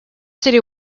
city